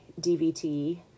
DVT